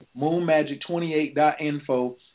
moonmagic28.info